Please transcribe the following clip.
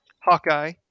Hawkeye